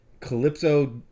Calypso